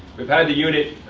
we've had the unit,